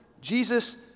Jesus